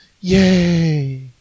yay